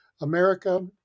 America